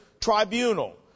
Tribunal